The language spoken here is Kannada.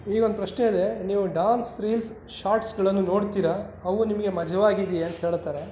ಇಲ್ಲಿ ಒಂದು ಪ್ರಶ್ನೆ ಇದೆ ನೀವು ಡಾನ್ಸ್ ರೀಲ್ಸ್ ಶಾರ್ಟ್ಸ್ಗಳನ್ನು ನೋಡ್ತೀರಾ ಅವು ನಿಮಗೆ ಮಜವಾಗಿದ್ಯಾ ಅಂತ ಹೇಳ್ತಾರೆ